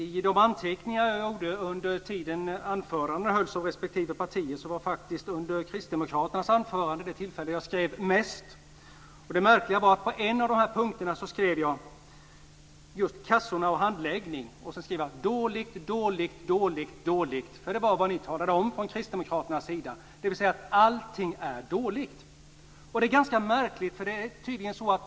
Herr talman! Under tiden anföranden hölls av respektive partier var det under kristdemokraternas anförande jag gjorde mest anteckningar. Det märkliga var att under en av punkterna skrev jag: "Kassor, handläggning, dåligt, dåligt, dåligt, dåligt." Det var vad ni kristdemokrater sade, dvs. att allting är dåligt. Det är ganska märkligt.